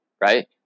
Right